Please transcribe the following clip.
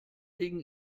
wegen